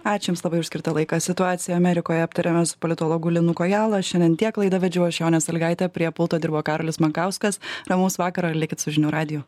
ačiū jums labai už skirtą laiką situaciją amerikoje aptarėme su politologu linu kojala šiandien tiek laidą vedžiau aš jonė sąlygaitė prie pulto dirbo karolis makauskas ramaus vakaro ir likit su žinių radiju